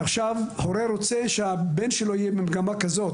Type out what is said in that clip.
ועכשיו הורה רוצה שהבן שלו יהיה במגמה כלשהי.